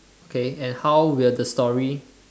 okay and how will the story